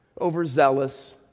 overzealous